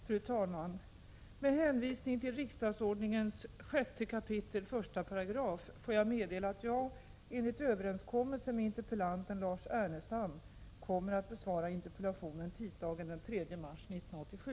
Fru talman! Med hänvisning till riksdagsordningens 6 kap. 18 får jag meddela att jag, på grund av arbetsbelastning, enligt överenskommelse med interpellanten Lars Ernestam kommer att besvara interpellationen tisdagen den 3 mars 1987.